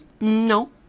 No